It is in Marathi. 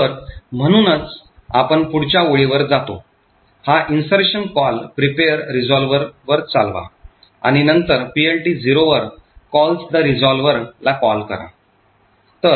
तर म्हणूनच आपण पुढच्या ओळीवर जातो हा insertion call prepare resolver वर चालवा आणि नंतर PLT0 वर calls the resolver ला कॉल करा